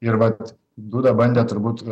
ir vat duda bandė turbūt